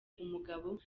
umugabo